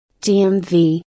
DMV